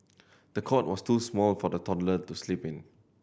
the cot was too small for the toddler to sleep in